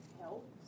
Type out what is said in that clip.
help